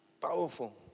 Powerful